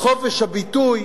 חופש הביטוי,